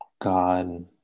god